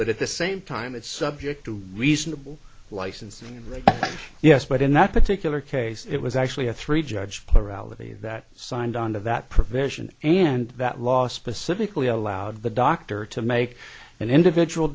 but at the same time it's subject to reasonable licensing and right yes but in that particular case it was actually a three judge plurality that signed on to that provision and that last specifically allowed the doctor to make an individual